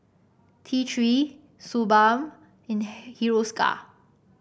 T Three Suu Balm and Hiruscar